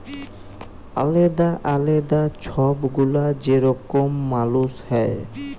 আলেদা আলেদা ছব গুলা যে রকম মালুস হ্যয়